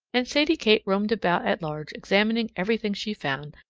and sadie kate roamed about at large examining everything she found,